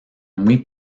muy